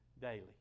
daily